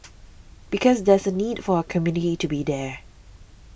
because there's a need for a community to be there